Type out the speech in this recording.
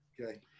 Okay